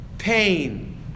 Pain